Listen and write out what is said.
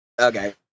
Okay